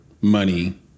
money